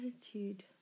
attitude